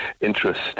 interest